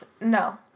No